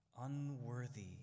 Unworthy